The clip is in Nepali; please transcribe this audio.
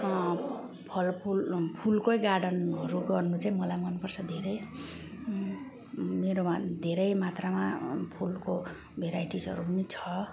फलफुल फुलकै गार्डनहरू गर्नु चाहिँ मलाई मनपर्छ धेरै मेरोमा धेरै मात्रामा फुलको भेराइटिसहरू पनि छ